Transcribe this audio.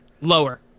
lower